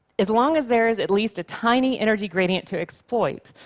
as long as there is at least a tiny energy gradient to exploit,